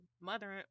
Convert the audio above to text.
mother